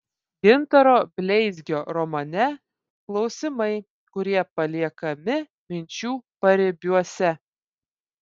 gintaro bleizgio romane klausimai kurie paliekami minčių paribiuose